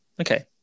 okay